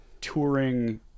touring